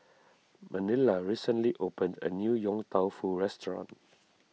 Manilla recently opened a new Yong Tau Foo restaurant